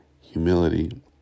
humility